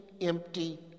empty